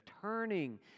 turning